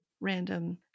random